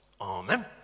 amen